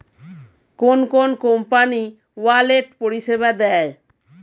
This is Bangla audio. কোন কোন কোম্পানি ওয়ালেট পরিষেবা দেয়?